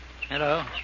Hello